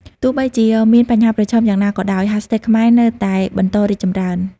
ទោះបីជាមានបញ្ហាប្រឈមយ៉ាងណាក៏ដោយ ហាស់ថេកខ្មែរនៅតែបន្តរីកចម្រើន។